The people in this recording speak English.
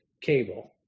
cable